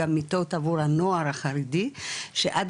לא